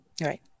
Right